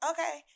Okay